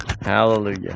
hallelujah